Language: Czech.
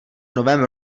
novém